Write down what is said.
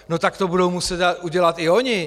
No tak to budou muset udělat i oni.